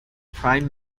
prime